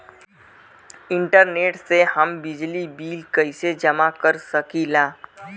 Internet से हम बिजली बिल कइसे जमा कर सकी ला?